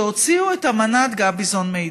שהוציאו את אמנת גביזון-מדן.